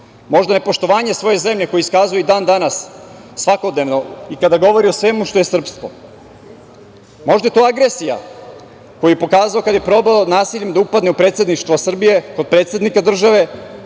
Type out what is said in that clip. Možda nepoštovanje svoje zemlje koje iskazuje i dan danas, svakodnevno, i kada govori o svemu što je srpsko. Možda je to agresija koju je pokazao kada je probao nasiljem da upadne u predsedništvo Srbije, kod predsednika države,